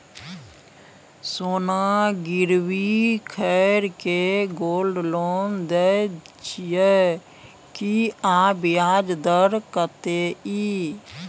सोना गिरवी रैख के गोल्ड लोन दै छियै की, आ ब्याज दर कत्ते इ?